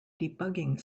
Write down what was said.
debugging